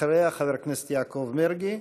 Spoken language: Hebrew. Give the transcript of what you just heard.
אחריה, חבר הכנסת יעקב מרגי.